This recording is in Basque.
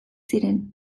ziren